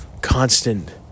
constant